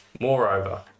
Moreover